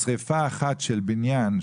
שריפה אחת של בניין,